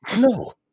no